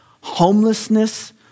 homelessness